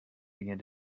began